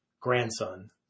grandson